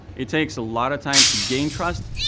it takes a lot of time to gain trust.